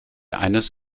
eines